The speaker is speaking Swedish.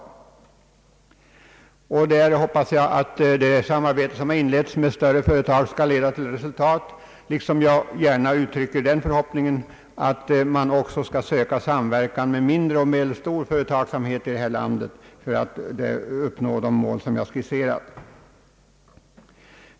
Jag hoppas att det samarbete som in Ang. ett statligt förvaltningsbolag m.m. letts med större företag skall leda till resultat, liksom jag gärna uttrycker den förhoppningen att man också skall söka samverkan med mindre och medelstor företagsamhet i detta land för att uppnå de mål som jag skisserat.